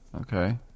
Okay